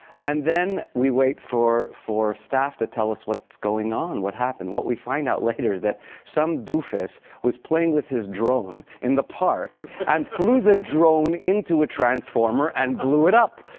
and then we wait for for staff to tell us what's going on, what happened. what we find out later is that some doofus was playing with his drone in the park and flew the drone into a transformer and blew it up.